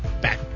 back